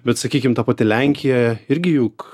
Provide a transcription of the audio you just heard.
bet sakykim ta pati lenkija irgi juk